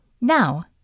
Now